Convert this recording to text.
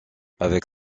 avec